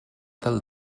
del